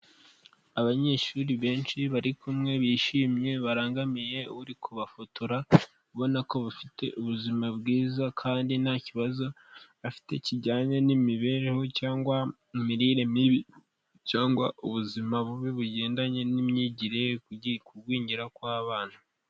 Abanyeshuri benshi bari kumwe bishimye, barangamiye uri kubafotora, ubona ko bafite ubuzima bwiza, kandi nta kibazo bafite kijyanye n'imibereho, cyangwa mu mirire mibi, cyangwa ubuzima bubi bugendanye n'imyigire kugwingira kw'abana.